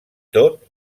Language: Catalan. tot